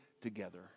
together